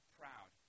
proud